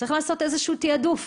צריך לעשות איזשהו תעדוף.